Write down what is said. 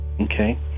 Okay